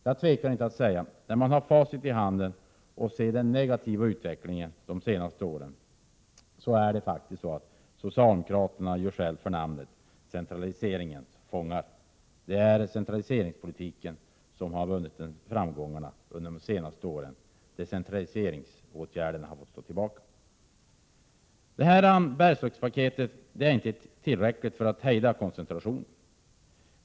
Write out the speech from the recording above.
Jag tvekar inte att nu, när man har facit i handen och ser den negativa utvecklingen under de senaste åren, säga att socialdemokraterna gör skäl för namnet centraliseringens fångar. Det är centraliseringspolitiken som har vunnit framgångar under de senaste åren, och decentraliseringsåtgärderna har fått stå tillbaka. Bergslagspaketet är inte tillräckligt för att hejda koncentrationen.